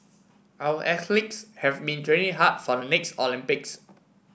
our athletes have been training hard for the next Olympics